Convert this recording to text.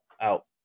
out